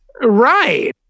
Right